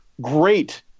great